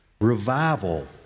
Revival